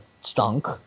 stunk